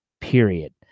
period